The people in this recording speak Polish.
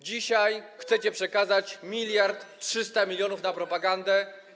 Dzisiaj chcecie przekazać 1300 mln na propagandę.